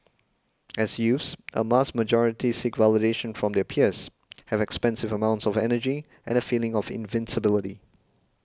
as youths a vast majority seek validation from their peers have expansive amounts of energy and a feeling of invincibility